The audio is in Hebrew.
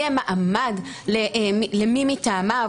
יהיה מעמד למי מטעמה,